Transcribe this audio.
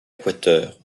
équateur